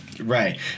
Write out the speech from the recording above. Right